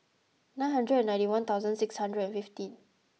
nine hundred and ninety one thousand six hundred and fifteen